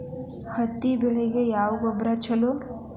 ಹತ್ತಿ ಬೆಳಿಗ ಯಾವ ಗೊಬ್ಬರ ಛಲೋ?